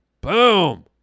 Boom